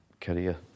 career